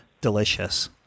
delicious